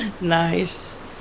Nice